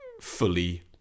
fully